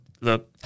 Look